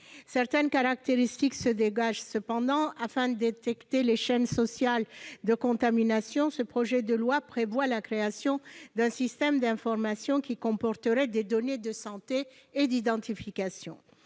Certaines caractéristiques se dégagent cependant. Afin de permettre la détection des chaînes sociales de contamination, le projet de loi prévoit la création d'un système d'information qui comporterait des données de santé et d'identification.